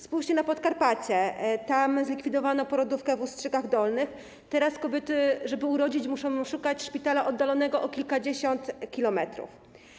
Spójrzcie na Podkarpacie: tam zlikwidowano porodówkę w Ustrzykach Dolnych, teraz kobiety, żeby urodzić, muszą szukać szpitala oddalonego o kilkadziesiąt kilometrów.